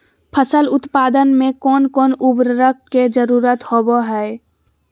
फसल उत्पादन में कोन कोन उर्वरक के जरुरत होवय हैय?